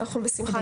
אנחנו בשמחה